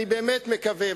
אני באמת מקווה,